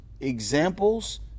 examples